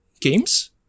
games